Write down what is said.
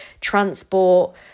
transport